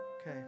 Okay